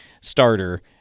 starter